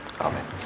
amen